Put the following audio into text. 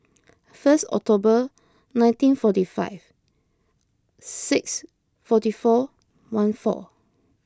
first October nineteen forty five six forty four one four